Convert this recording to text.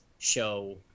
show